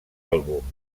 àlbum